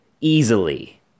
easily